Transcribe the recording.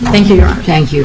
thank you thank you